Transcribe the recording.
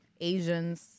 Asians